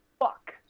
Fuck